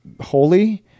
holy